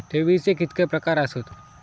ठेवीचे कितके प्रकार आसत?